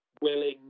willing